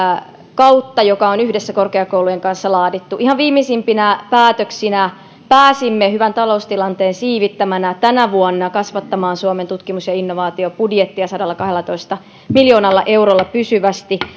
kautta joka on yhdessä korkeakoulujen kanssa laadittu ihan viimeisimpinä päätöksinä pääsimme hyvän taloustilanteen siivittämänä tänä vuonna kasvattamaan suomen tutkimus ja innovaatiobudjettia sadallakahdellatoista miljoonalla eurolla pysyvästi